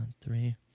three